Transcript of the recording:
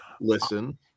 listen